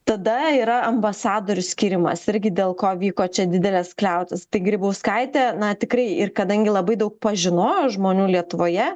tada yra ambasadorių skyrimas irgi dėl ko vyko čia didelės kliautys tai grybauskaitė na tikrai ir kadangi labai daug pažinojo žmonių lietuvoje